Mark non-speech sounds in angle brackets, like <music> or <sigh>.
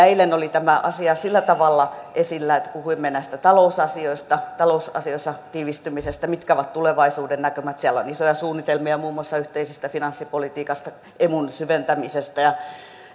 <unintelligible> eilen oli tämä asia sillä tavalla esillä että puhuimme talousasioista talousasioissa tiivistymisestä mitkä ovat tulevaisuudennäkymät siellä on isoja suunnitelmia muun muassa yhteisestä finanssipolitiikasta emun syventämisestä ja